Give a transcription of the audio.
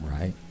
right